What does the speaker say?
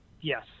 Yes